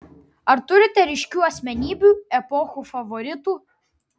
ar turite ryškių asmenybių epochų favoritų